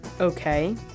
Okay